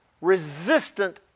resistant